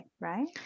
right